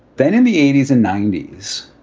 then in the eighty s and ninety s,